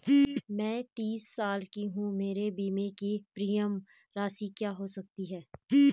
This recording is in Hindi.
मैं तीस साल की हूँ मेरे बीमे की प्रीमियम राशि क्या हो सकती है?